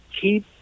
keep